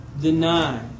deny